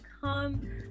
come